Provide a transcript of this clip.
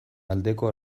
aldeko